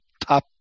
top